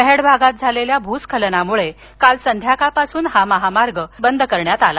मेहड भागात झालेल्या भूस्खलनामुळे काल संध्याकाळपासून हा महामार्ग वाहतुकीसाठी बंद करण्यात आला